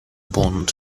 bond